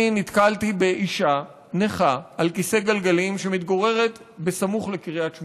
נתקלתי באישה נכה על כיסא גלגלים שמתגוררת סמוך לקריית שמונה.